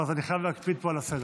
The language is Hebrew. אז אני חייב להקפיד פה על הסדר.